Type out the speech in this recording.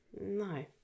No